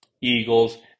Eagles